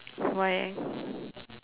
why eh